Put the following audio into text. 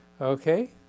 Okay